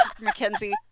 Mackenzie